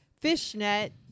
Fishnet